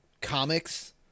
comics